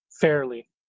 fairly